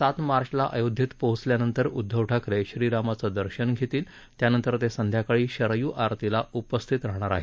सात मार्चला अयोध्येत पोहोचल्यानंतर उद्धव ठाकरे श्रीरामाचं दर्शन घेतील त्यानंतर ते संध्याकाळी शरयू आरतीला उपस्थित राहणार आहेत